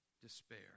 despair